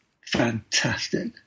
Fantastic